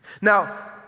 Now